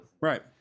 Right